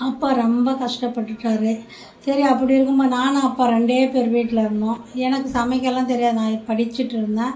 அப்பா ரொம்ப கஷ்டப்பட்டுட்டார் சரி அப்படி இருக்கும்போது நானும் அப்பா ரெண்டே பேர் வீட்டில் இருந்தோம் எனக்கு சமைக்கயெல்லாம் தெரியாது நான் படிச்சிட்டு இருந்தேன்